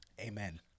amen